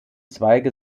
zweige